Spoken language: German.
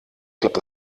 klappt